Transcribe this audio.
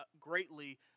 greatly